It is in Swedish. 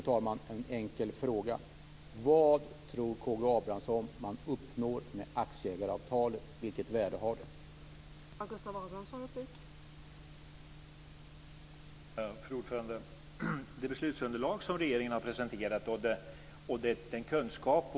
Till sist en enkel fråga: Vad tror K G Abramsson att man uppnår med aktiägaravtalet? Vilket värde har det?